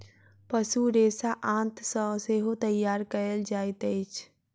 पशु रेशा आंत सॅ सेहो तैयार कयल जाइत अछि